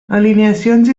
alineacions